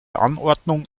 anordnung